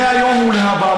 מהיום ולהבא,